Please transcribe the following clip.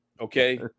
Okay